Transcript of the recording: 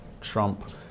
Trump